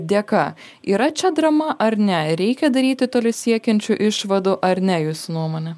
dėka yra čia drama ar ne reikia daryti toli siekiančių išvadų ar ne jūsų nuomone